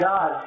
God